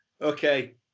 Okay